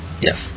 Yes